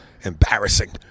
embarrassing